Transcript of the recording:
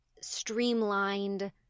streamlined